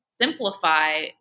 simplify